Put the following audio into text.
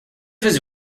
his